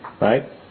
right